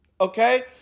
Okay